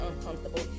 uncomfortable